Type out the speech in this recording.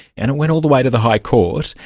and it went all the way to the high court.